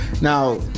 Now